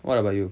what about you